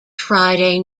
friday